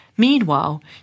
Meanwhile